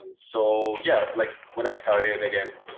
and so yeah like when i started again